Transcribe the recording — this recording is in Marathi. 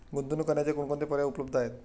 गुंतवणूक करण्याचे कोणकोणते पर्याय उपलब्ध आहेत?